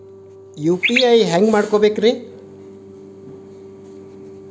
UPI ಹ್ಯಾಂಗ ಮಾಡ್ಕೊಬೇಕ್ರಿ?